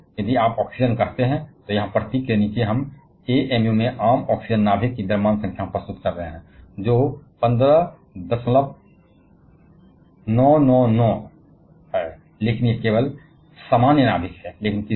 जैसे यदि आप ऑक्सीजन कहते हैं तो यहां प्रतीक के नीचे हम एमु के संदर्भ में आम ऑक्सीजन नाभिक की संख्या बड़ी संख्या में प्रस्तुत कर रहे हैं जो 15999 है लेकिन यह केवल सामान्य नाभिक है